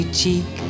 cheek